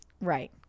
right